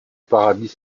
paradis